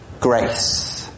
grace